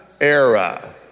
era